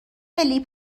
ملی